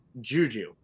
Juju